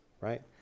right